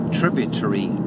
tributary